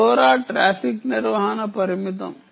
LoRa traffic నిర్వహణ పరిమితం